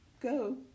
Go